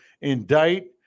indict